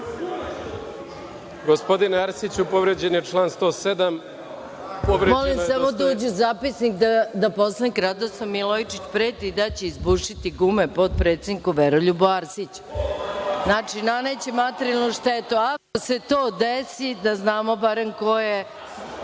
Gospodine Arsiću, povređen je član 7. **Maja Gojković** Molim samo da uđe u zapisnik da poslanik Radoslav Milojičić preti da će izbušiti gume potpredsedniku Veroljubu Arsiću. Znači, naneće materijalnu štetu, a ako se to desi, da znamo barem ko je